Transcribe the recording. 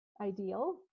ideal